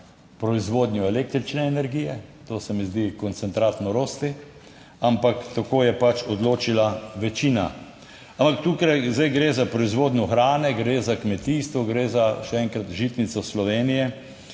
proizvodnjo električne energije. To se mi zdi koncentrat norosti, ampak tako je pač odločila večina. ampak tukaj zdaj gre za proizvodnjo hrane, gre za kmetijstvo, gre za še enkrat žitnico Slovenije.